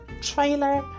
trailer